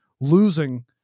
losing